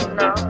no